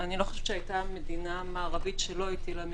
אני לא חושבת שהייתה מדינה מערבית שלא הטילה מגבלות.